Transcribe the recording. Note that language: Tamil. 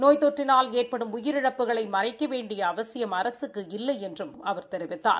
நோய் தொற்றினால் ஏற்படும் உயிரிழப்புகளை மறைக்க வேண்டிய அவசியம் அரசுக்கு இல்லை என்றும் அவர் கூறினார்